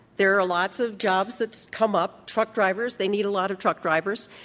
there are lots of jobs that come up. truck drivers, they need a lot of truck drivers.